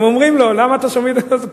הם אומרים לו, בדיוק.